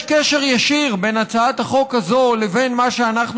יש קשר ישיר בין הצעת החוק הזאת לבין מה שאנחנו